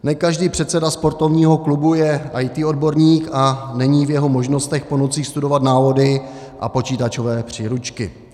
Ne každý předseda sportovního klubu je IT odborník a není v jeho možnostech po nocích studovat návody a počítačové příručky.